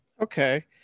Okay